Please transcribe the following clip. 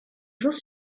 jours